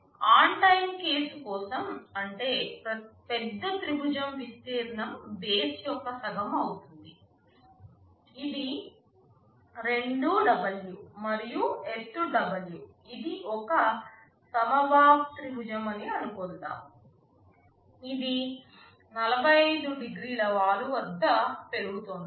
on time case కోసం అంటే పెద్ద త్రిభుజం విస్తీర్ణం బేస్ యొక్క సగం అవుతుంది ఇది 2W మరియు ఎత్తు W ఇది ఒక సమబాహు త్రిభుజం అని అనుకుందాం ఇది 45 డిగ్రీల వాలు వద్ద పెరుగుతోంది